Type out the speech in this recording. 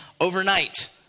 overnight